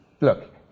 look